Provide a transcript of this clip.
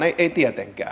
ei tietenkään